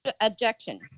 objection